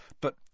But—